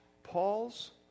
Paul's